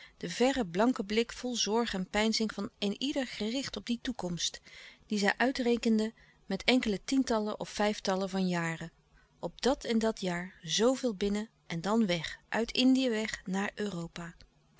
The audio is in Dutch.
den verren blanken blik vol zorg en peinzing van een ieder gericht op die toekomst die zij uitrekenden met enkele tientallen of vijftallen van jaren op dat en dat jaar zooveel binnen en dan weg uit indië weg naar europa